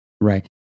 Right